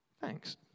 Thanks